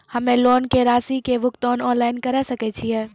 हम्मे लोन के रासि के भुगतान ऑनलाइन करे सकय छियै?